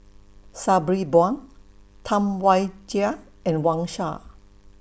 Sabri Buang Tam Wai Jia and Wang Sha